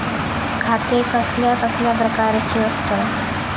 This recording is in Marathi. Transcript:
खाते कसल्या कसल्या प्रकारची असतत?